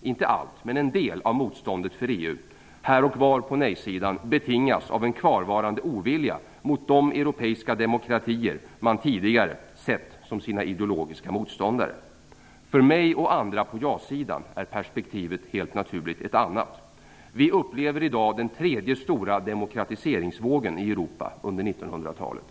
inte allt men en del, av motståndet mot EU här och var på nej-sidan betingas av en kvarvarande ovilja mot de europeiska demokratier som man tidigare sett som sina ideologiska motståndare. För mig och andra på jasidan är perspektivet helt naturligt ett annat. Vi upplever i dag den tredje stora demokratiseringsvågen i Europa under 1900-talet.